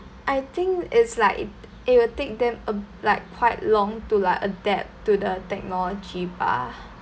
I think it's like it it will take them a like quite long to like adapt to the technology bah